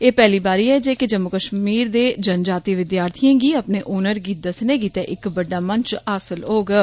एह् पैहली बारी ऐ जे कि जम्मू कश्मीर दे जनजातीय विद्यार्थियें गी अपने हुनर गी दस्सने गित्ते इक बड़ा मंच हासल होआ ऐ